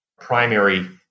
primary